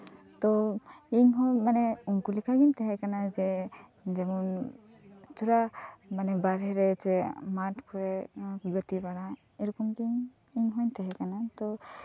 ᱛᱳ ᱤᱧᱦᱚᱸ ᱢᱟᱱᱮ ᱩᱱᱠᱩ ᱞᱮᱠᱟ ᱜᱤᱧ ᱛᱟᱸᱦᱮ ᱠᱟᱱᱟ ᱡᱮ ᱡᱮᱢᱚᱱ ᱛᱷᱚᱲᱟ ᱢᱟᱱᱮ ᱵᱟᱦᱨᱮ ᱨᱮ ᱡᱮ ᱵᱚᱞ ᱠᱚ ᱜᱟᱛᱮ ᱵᱟᱲᱟᱜ ᱛᱟᱸᱦᱮ ᱠᱟᱱᱟ ᱛᱳ